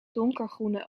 donkergroene